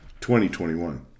2021